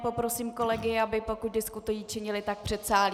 Poprosím kolegy, aby pokud diskutují, činili tak v předsálí.